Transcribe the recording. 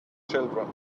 children